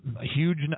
huge